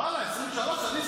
ואללה, 23,000?